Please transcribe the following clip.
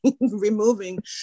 removing